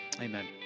Amen